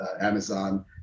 Amazon